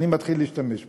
אני מתחיל להשתמש בו.